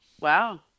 Wow